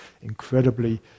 incredibly